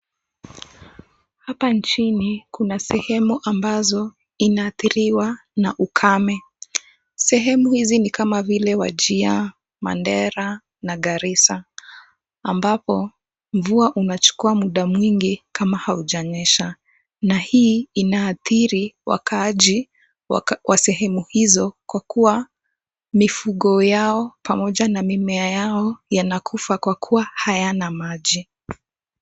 Hapa nchini kuna sehemu ambazo inaathiriwa na ukame. Sehemu hizi ni kama vile Wajia, Mandera na Garrisa ambapo, mvua unachukua mda mwingi kama haujanyesha. Na hii inaathiri wakaaji wa sehemu hizo kwa kua mifugo yao, pamoja na mimea yao, yanakufa kwa kuwa hayana maji.